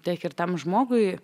tiek ir tam žmogui